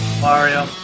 Mario